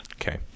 Okay